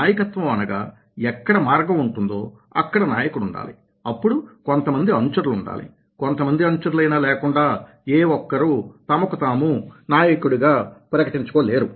నాయకత్వం అనగా ఎక్కడ మార్గం ఉంటుందో అక్కడ నాయకుడు ఉండాలి అప్పుడు కొంతమంది అనుచరులు ఉండాలి కొంతమంది అనుచరులైనా లేకుండా ఏ ఒక్కరూ తమకు తాము నాయకుడిగా ప్రకటించుకోలేరు